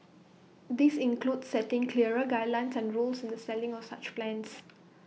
this includes setting clearer guidelines and rules in the selling of such plans